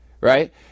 right